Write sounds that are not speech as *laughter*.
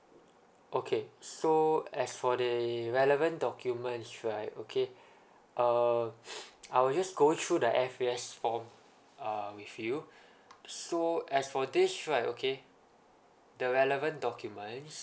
okay so as for the relevant documents right okay uh *noise* I will just go through the F_A_S form uh with you so as for this right okay the relevant documents